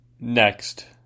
Next